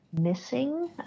missing